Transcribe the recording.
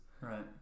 right